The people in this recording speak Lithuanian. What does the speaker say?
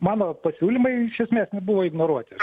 mano pasiūlymai iš esmės na buvo ignoruoti